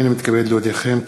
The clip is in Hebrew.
הנני מתכבד להודיעכם,